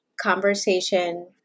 conversation